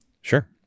sure